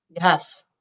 Yes